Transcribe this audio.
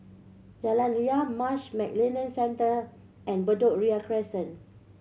Jalan Ria Marsh McLennan Centre and Bedok Ria Crescent